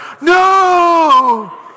no